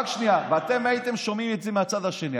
ואתם הייתם שומעים את מהצד השני,